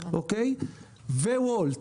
וולט,